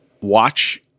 watch